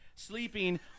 sleeping